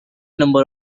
number